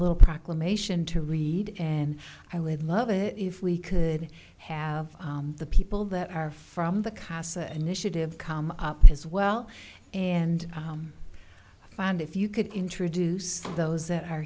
little proclamation to read and i would love it if we could have the people that are from the casa initiative come up as well and find if you could introduce those that are